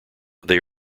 they